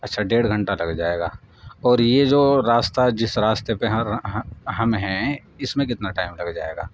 اچھا ڈیڑھ گھنٹہ لگ جائے گا اور یہ جو راستہ جس راستے پہ ہم ہیں اس میں کتنا ٹائم لگ جائے گا